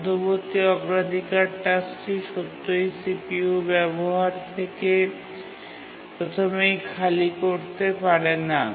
মধ্যবর্তী অগ্রাধিকার টাস্কটি সত্যই CPU ব্যবহার থেকে প্রথমেই খালি করতে পারে না